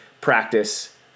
practice